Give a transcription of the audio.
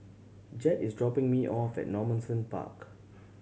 Jed is dropping me off at Normanton Park